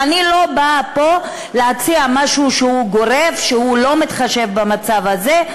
ואני לא באה פה להציע משהו גורף שאינו מתחשב במצב הזה.